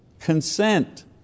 consent